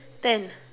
ten